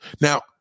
Now